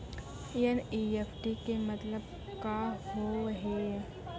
NEFT के मतलब का होव हेय?